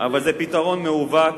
אבל זה פתרון מעוות,